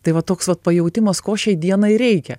tai va toks vat pajautimas ko šiai dienai reikia